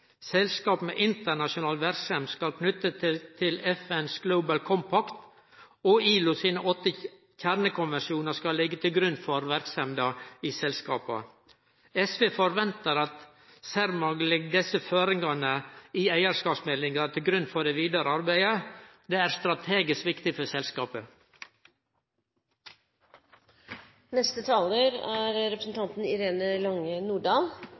Selskap med internasjonal verksemd skal knyttast til FNs Global Compact, og ILOs åtte kjernekonvensjonar skal leggjast til grunn for verksemda i selskapa. SV forventar at Cermaq legg desse føringane i eigarskapsmeldinga til grunn for det vidare arbeidet. Det er strategisk viktig for selskapet. Styret i